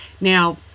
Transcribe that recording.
Now